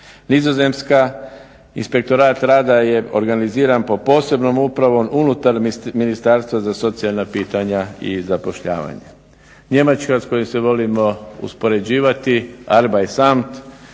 Nizozemska, inspektorat rada je organiziran po posebnom upravom unutar Ministarstva za socijalna pitanja i zapošljavanje. Njemačka s kojom se volimo uspoređivati Arbeitsamt